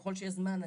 ככל שיהיה זמן,